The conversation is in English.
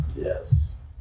Yes